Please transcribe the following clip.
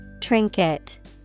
Trinket